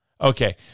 Okay